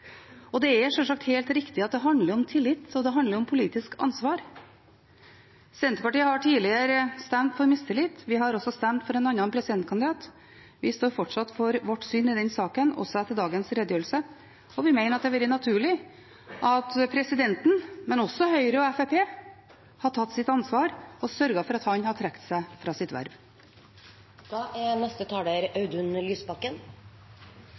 Og det er sjølsagt helt riktig at det handler om tillit, og det handler om politisk ansvar. Senterpartiet har tidligere stemt for mistillit. Vi har også stemt for en annen presidentkandidat. Vi står fortsatt for vårt syn i den saken, også etter dagens redegjørelse. Vi mener at det hadde vært naturlig at presidenten hadde tatt sitt ansvar, og at Høyre og Fremskrittspartiet sørget for at han hadde trukket seg fra sitt